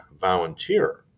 volunteer